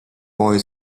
boy